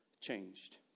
changed